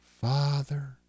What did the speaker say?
Father